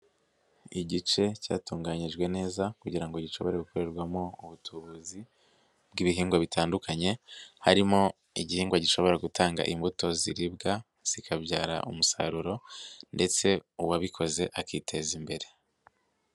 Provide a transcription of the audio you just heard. Igice cyatunganyijwe neza kugira ngo gishobore gukorerwamo ubutuzi bw'ibihingwa bitandukanye, harimo igihingwa gishobora gutanga imbuto ziribwa, zikabyara umusaruro ndetse uwabikoze akiteza imbere.